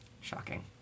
Shocking